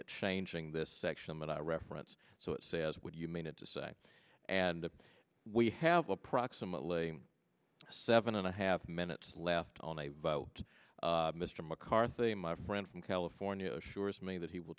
at changing this section but i reference so it says what you mean it to say and we have approximately seven and a half minutes left on a vote mr mccarthy my friend from california assures me that he will